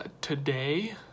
today